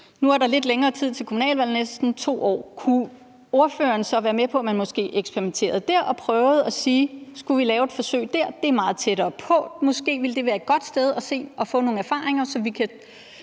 Nu er der lidt længere tid til kommunalvalget, næsten 2 år. Kunne ordføreren så være med på, at man måske eksperimenterede der og så på, om vi kunne lave et forsøg der? Det er meget tættere på, og måske ville det være et godt sted at få nogle erfaringer, så vi kan